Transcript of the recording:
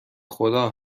خدا